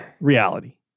reality